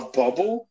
bubble